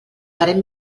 farem